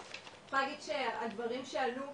אז אני יכולה להגיד שהדברים שעלו,